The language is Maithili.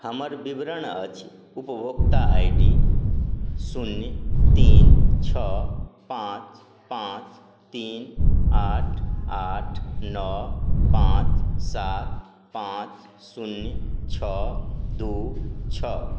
हमर विवरण अछि उपभोक्ता आई डी शून्य तीन छओ पाँच पाँच तीन आठ आठ नओ पाँच सात पाँच शून्य छओ दू छओ